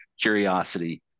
curiosity